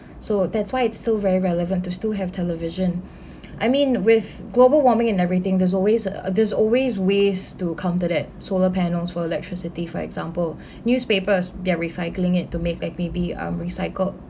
so that's why it's still very relevant to still have television I mean with global warming and everything there's always uh there's always ways to counter that solar panels for electricity for example newspapers they're recycling it to make like maybe um recycled